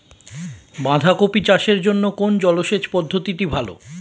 বাঁধাকপি চাষের জন্য কোন জলসেচ পদ্ধতিটি ভালো?